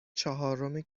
چهارم